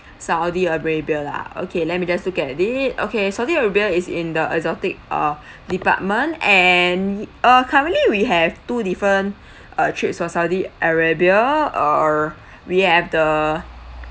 saudi arabia lah okay let me just look at it okay saudi arabia is in the exotic uh department and uh currently we have two different uh trips for saudi arabia err we have the